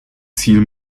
ziel